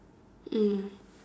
mm